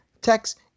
text